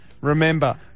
Remember